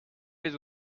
les